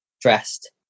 dressed